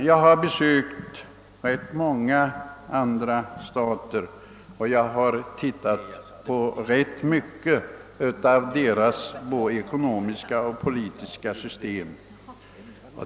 Jag har besökt rätt många andra stater och har ganska ingående studerat deras ekonomiska och politiska system.